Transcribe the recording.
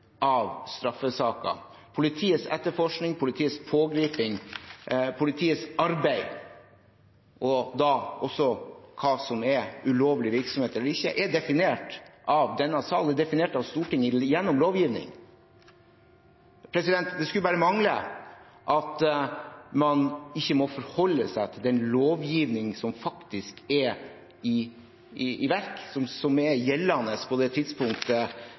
etterforskning, politiets pågriping, politiets arbeid og da også hva som er ulovlig virksomhet eller ikke – er definert av denne sal, definert av Stortinget gjennom lovgivning. Det skulle bare mangle at man ikke må forholde seg til den lovgivning som faktisk er satt i verk, som til ethvert tidspunkt er gjeldende i vår samtid. Så kan vi ikke forskuttere at det